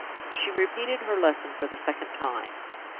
she repeated her lesson for the second time.